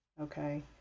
okay